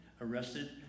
Arrested